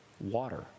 water